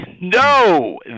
no